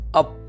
up